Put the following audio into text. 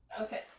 Okay